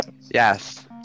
Yes